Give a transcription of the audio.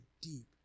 deep